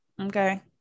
Okay